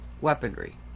weaponry